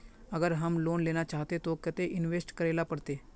अगर हम लोन लेना चाहते तो केते इंवेस्ट करेला पड़ते?